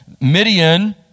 Midian